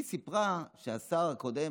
היא סיפרה שהשר הקודם,